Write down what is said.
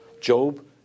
Job